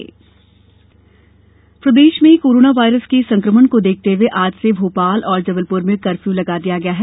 प्रदेश lockdown प्रदेश में corona virus के संकमण को देखते हुए आज से भोपाल और जबलपुर में कर्फ्यू लगा दिया गया है